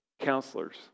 counselors